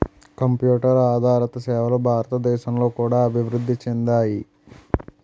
computer ఆదారిత సేవలు భారతదేశంలో కూడా అభివృద్ధి చెందాయి